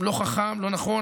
לא חכם, לא נכון.